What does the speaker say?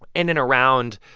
in and around,